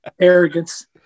Arrogance